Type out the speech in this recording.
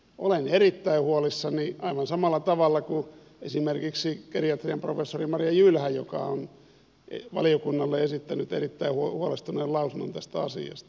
olen erittäin huolissani aivan samalla tavalla kuin esimerkiksi geriatrian professori marja jylhä joka on valiokunnalle esittänyt erittäin huolestuneen lausunnon tästä asiasta